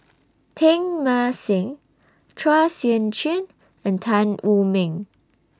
Teng Mah Seng Chua Sian Chin and Tan Wu Meng